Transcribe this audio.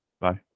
bye